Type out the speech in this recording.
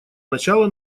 начала